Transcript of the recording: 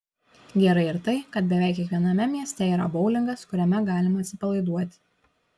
gerai ir tai kad beveik kiekviename mieste yra boulingas kuriame galima atsipalaiduoti